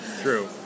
True